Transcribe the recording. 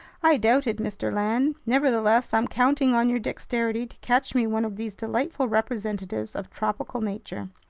i doubt it, mr. land. nevertheless, i'm counting on your dexterity to catch me one of these delightful representatives of tropical nature!